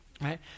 right